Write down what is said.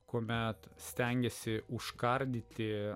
kuomet stengiasi užkardyti